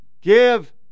give